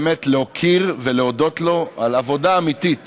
באמת להוקיר ולהודות לו על עבודה אמיתית